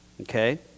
Okay